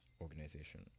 organization